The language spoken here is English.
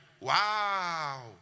Wow